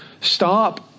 stop